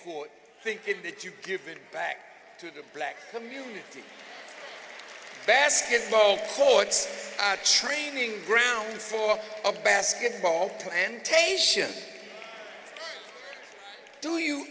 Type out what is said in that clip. court think that you give it back to the black community basketball courts are training grounds for a basketball plantation do you